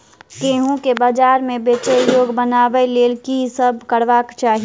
गेंहूँ केँ बजार मे बेचै योग्य बनाबय लेल की सब करबाक चाहि?